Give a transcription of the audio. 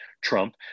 Trump